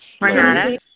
Renata